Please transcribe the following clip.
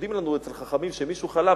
כשמודיעים לנו אצל חכמים שמישהו חלה,